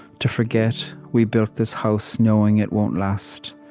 to forget we built this house knowing it won't last.